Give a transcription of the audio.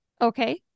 Okay